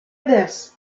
this